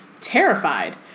Terrified